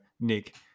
Nick